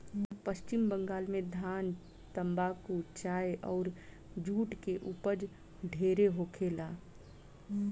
पश्चिम बंगाल में धान, तम्बाकू, चाय अउर जुट के ऊपज ढेरे होखेला